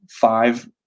five